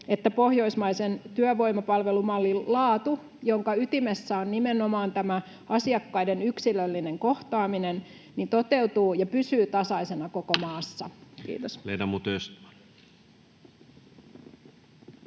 että pohjoismaisen työvoimapalvelumallin laatu, jonka ytimessä on nimenomaan tämä asiakkaiden yksilöllinen kohtaaminen, toteutuu ja pysyy tasaisena koko maassa? — Kiitos.